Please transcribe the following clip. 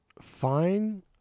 fine